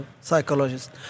psychologist